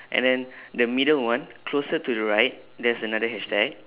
and then the middle one closer to the right there's another hashtag